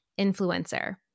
influencer